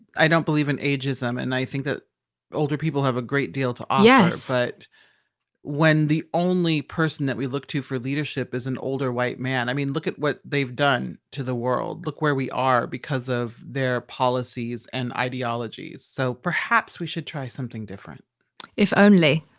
i don't believe in ageism. um and i think that older people have a great deal to offer yes but when the only person that we look to for leadership is an older white man. i mean, look at what they've done to the world. look where we are because of their policies and ideologies. so perhaps we should try something different if only.